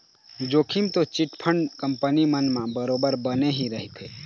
जोखिम तो chit fund company मन म बरोबर बने ही रहिथे